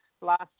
last